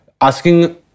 asking